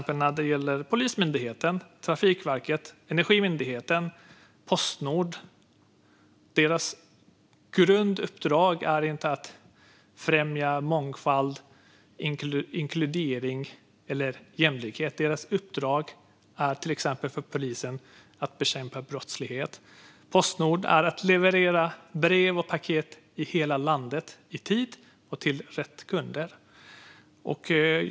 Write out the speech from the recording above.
Polismyndighetens, Trafikverkets, Energimyndighetens och Postnords grunduppdrag är inte att främja mångfald, inkludering eller jämlikhet. Polisens uppdrag är att bekämpa brottslighet. Postnords uppdrag är att leverera brev och paket i tid och till rätt kunder i hela landet.